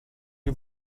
you